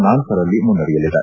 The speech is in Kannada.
ನಾಲ್ಲರಲ್ಲಿ ಮುನ್ನಡೆಯಲ್ಲಿದೆ